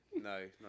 no